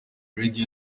radio